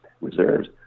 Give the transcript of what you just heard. reserves